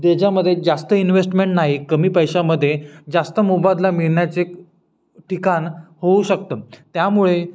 त्याच्यामध्ये जास्त इन्व्हेस्टमेंट नाही कमी पैशामध्ये जास्त मोबादला मिळण्याचे ठिकाण होऊ शकतं त्यामुळे